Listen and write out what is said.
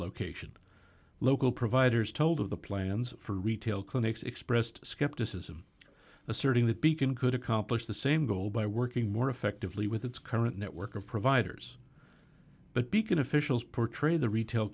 location local providers told of the plans for retail clinics expressed skepticism asserting that beacon could accomplish the same goal by working more effectively with its current network of providers but beacon officials portray the retail